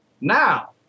Now